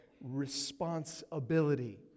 responsibility